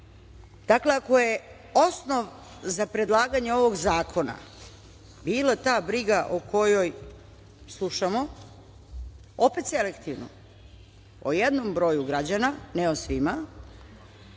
ako je osnov za predlaganje ovog zakona bila ta briga o kojoj slušamo, opet selektivno, o jednom broju građana, ne o svima,